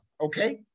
Okay